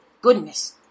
goodness